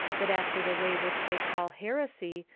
that after the way which they call heresy,